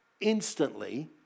instantly